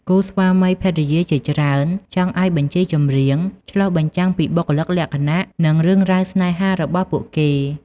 គូស្វាមីភរិយាជាច្រើនចង់ឱ្យបញ្ជីចម្រៀងឆ្លុះបញ្ចាំងពីបុគ្គលិកលក្ខណៈ និងរឿងរ៉ាវស្នេហារបស់ពួកគេ។